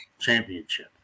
championship